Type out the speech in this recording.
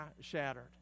shattered